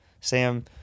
Sam